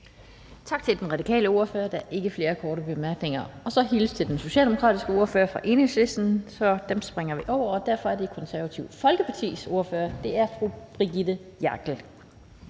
Tak til den radikale ordfører. Der er ikke flere korte bemærkninger. Den socialdemokratiske ordfører hilste fra Enhedslisten, så dem springer vi over. Derfor er det Det Konservative Folkepartis ordfører, og det er fru Brigitte